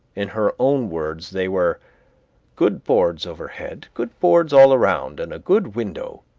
in her own words, they were good boards overhead, good boards all around, and a good window